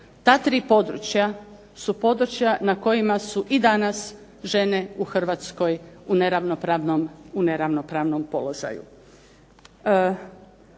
Ta tri područja su područja na kojima su i danas žene u Hrvatskoj u neravnopravnom položaju.